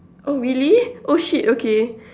oh really oh shit okay